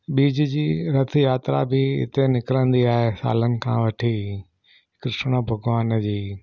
ॿिज जी रथ यात्रा बि हिते निकिरंदी आहे सालनि खां वठी कृष्ण भॻवान जी